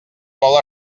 vol